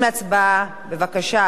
בבקשה.